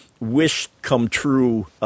wish-come-true